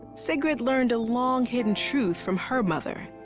sigrid learned a long-hidden truth from her mother.